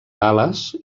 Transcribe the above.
gal·les